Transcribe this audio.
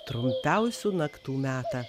trumpiausių naktų metą